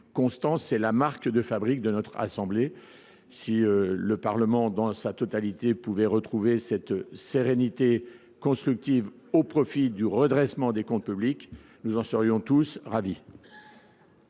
dirai même la marque de fabrique du Sénat. Si le Parlement dans sa totalité pouvait retrouver cette sérénité constructive au profit du redressement des comptes publics, nous en serions tous ravis.